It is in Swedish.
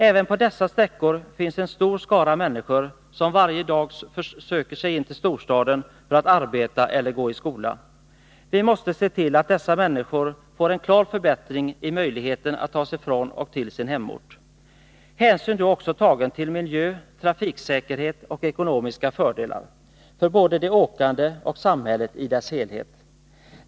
Även på dessa sträckor finns en stor skara människor, som varje dag söker sig in till storstaden för att arbeta eller gå i skola. Vi måste se till att dessa människor får en klar förbättring i möjligheten att ta sig från och till sin hemort — med hänsyn tagen också till miljö, trafiksäkerhet och ekonomiska fördelar för både de åkande och samhället i dess helhet.